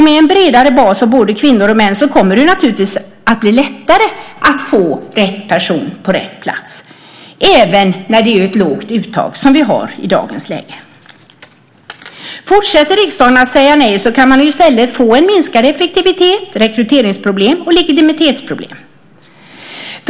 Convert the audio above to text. Med en bredare bas av både kvinnor och män kommer det naturligtvis att bli lättare att få rätt person på rätt plats, även när det är ett lågt uttag som i dag. Om riksdagen fortsätter att säga nej kan vi i stället få en minskad effektivitet, rekryteringsproblem och legitimitetsproblem.